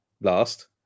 Last